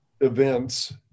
events